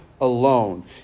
alone